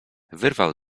wyrwał